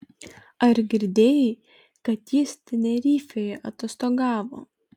ar girdėjai kad jis tenerifėj atostogavo